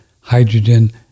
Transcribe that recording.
hydrogen